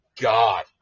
God